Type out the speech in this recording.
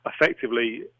effectively